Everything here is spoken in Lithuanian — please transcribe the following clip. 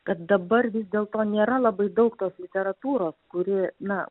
kad dabar vis dėl to nėra labai daug tos literatūros kuri na